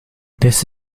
this